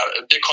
Bitcoin